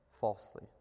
falsely